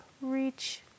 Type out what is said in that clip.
reach